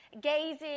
...gazing